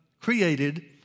created